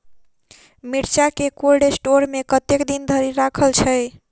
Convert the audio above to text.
मिर्चा केँ cold store मे कतेक दिन धरि राखल छैय?